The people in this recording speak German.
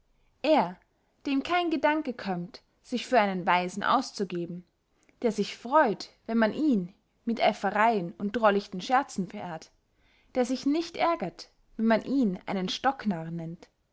er dem kein gedanke kömmt sich für einen weisen auszugeben der sich freut wenn man ihn mit aeffereyen und drollichten scherzen verehrt der sich nicht ärgert wenn man ihn einen stocknarren nennt